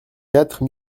quatre